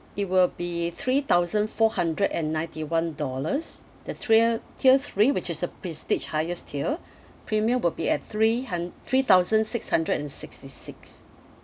it will be three thousand four hundred and ninety one dollars the trail tier three which is the prestige highest tier premium will be at three hun~ three thousand six hundred and sixty six